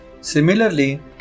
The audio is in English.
Similarly